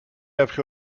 appris